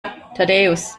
thaddäus